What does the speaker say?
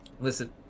Listen